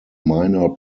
minor